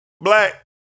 Black